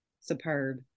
superb